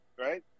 right